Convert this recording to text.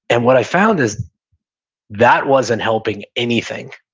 and what i found is that wasn't helping anything.